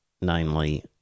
namely